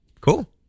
cool